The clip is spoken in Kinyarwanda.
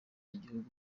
igihugu